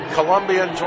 Colombian